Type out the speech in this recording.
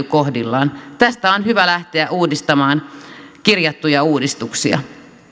kohdillaan tästä on hyvä lähteä uudistamaan kirjattuja uudistuksia